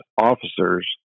officers